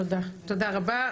תודה רבה.